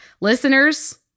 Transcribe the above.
Listeners